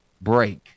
break